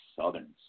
Southerns